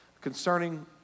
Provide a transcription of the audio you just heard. concerning